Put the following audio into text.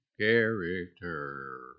character